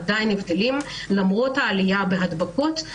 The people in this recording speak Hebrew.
הבדלים למרות העלייה בהדבקות.